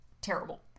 terrible